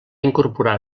incorporar